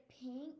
pink